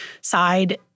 side